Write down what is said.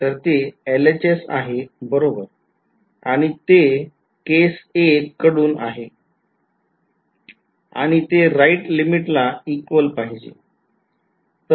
तर ते LHS आहे बरोबर आणि ते केस १ कडून आहे आणि ते राईट लिमिट ला equal पाहिजे